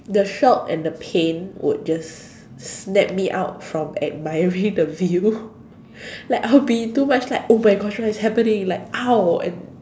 the shock and the pain would just snap me out from admiring the view like I would be in too much like !oh-my-gosh! what is happening like !ow! and